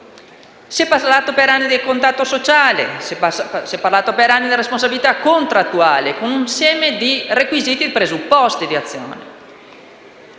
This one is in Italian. Si è parlato per anni del contratto sociale, si è parlato per anni della responsabilità contrattuale, con un insieme di requisiti e di presupposti di azione.